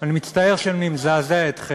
אני מצטער שאני מזעזע אתכם,